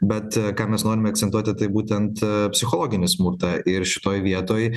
bet ką mes norime akcentuoti tai būtent psichologinį smurtą ir šitoj vietoj